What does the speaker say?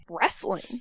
wrestling